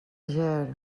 ger